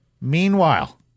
Meanwhile